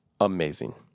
amazing